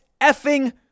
effing